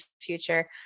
future